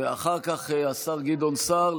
ואחר כך השר גדעון סער,